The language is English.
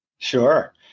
Sure